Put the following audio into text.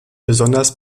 besonders